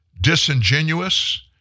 disingenuous